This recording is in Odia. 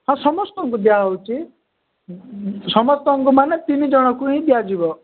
ହଁ ସମସ୍ତଙ୍କୁ ଦିଆହେଉଛି ସମସ୍ତଙ୍କୁ ମାନେ ତିନି ଜଣଙ୍କୁ ହିଁ ଦିଆଯିବ